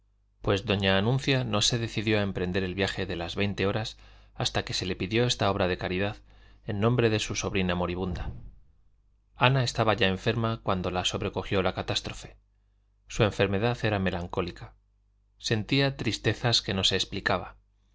pues doña anuncia no se decidió a emprender el viaje de las veinte horas hasta que se le pidió esta obra de caridad en nombre de su sobrina moribunda ana estaba ya enferma cuando la sobrecogió la catástrofe su enfermedad era melancólica sentía tristezas que no se explicaba